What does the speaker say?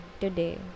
today